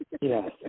Yes